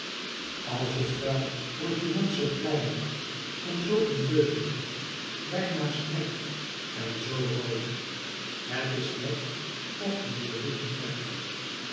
als je nuit woracjc munu zoo k iciu en sw uimmguiu bijna slecht en zoo rood het is net of je je lippen verft